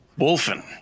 Wolfen